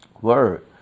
Word